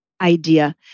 idea